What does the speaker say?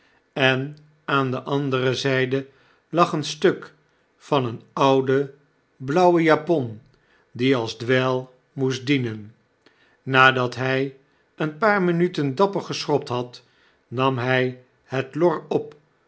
en aan de andere zjjde lag een stuk van eene oude blauwe japon die als dweil moest dienen nadat hy een paar minuten dapper geschrobd had nam hij het lor op